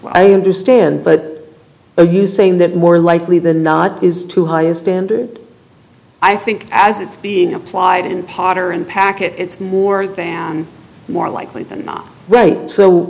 well i understand but are you saying that more likely than not is too high a standard i think as it's being applied in potter and packet it's more than more likely than not right so